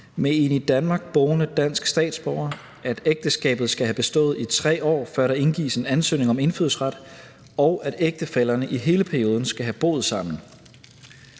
med en i Danmark boende dansk statsborger, at ægteskabet skal have bestået i 3 år, før der indgives en ansøgning om indfødsret, og at ægtefællerne i hele perioden skal have boet sammen.